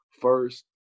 first